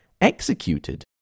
executed